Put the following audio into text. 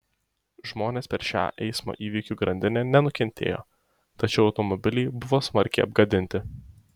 žmonės per šią eismo įvykių grandinę nenukentėjo tačiau automobiliai buvo smarkiai apgadinti